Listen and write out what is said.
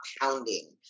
pounding